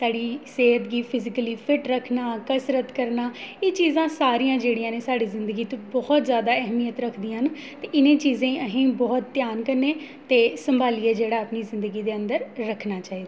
साढ़ी सेह्त गी फिजिकली फिट रक्खना कसरत करना एह् चीजां सारियां जेह्ड़ियां न एह् साढ़ी जिंदगी च बहुत जैदा अहमियत रखदियां न ते इ'नें चीज़ें गी असें ई बहुत ध्यान कन्नै ते सम्हालियै अपनी जिंदगी दे अंदर रक्खना चाहिदा